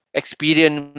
experience